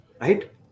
right